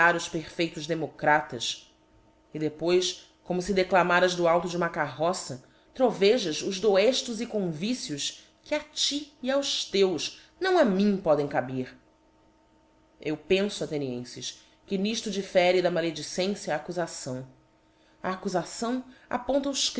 perfeitos democratas e depois como fe declamaras do alto de uma carroça trovejas os doeílos e convicios que a ti e aos teus não a mim podem caber eu penfo athenienfes que nifto differe da maledicência a accufação a accufação aponta os